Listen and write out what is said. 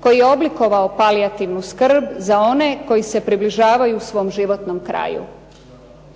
koji je oblikovao palijativnu skrb za one koji se približavaju svom životnom kraju.